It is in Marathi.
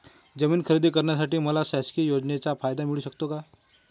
जमीन खरेदी करण्यासाठी मला शासकीय योजनेचा फायदा मिळू शकतो का?